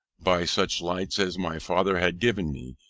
by such lights as my father had given me,